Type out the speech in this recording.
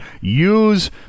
Use